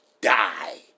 die